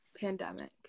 pandemic